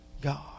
God